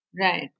Right